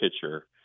pitcher